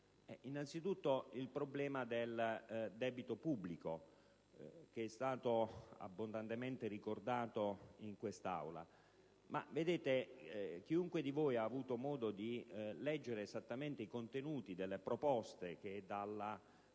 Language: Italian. Innanzitutto il problema del debito pubblico, che è stato abbondantemente ricordato in quest'Aula. Chiunque di voi ha avuto modo di leggere esattamente i contenuti delle proposte che provengono dalla Commissione